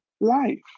life